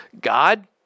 God